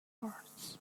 hearts